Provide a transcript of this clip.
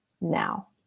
now